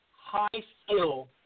high-skill